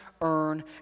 earn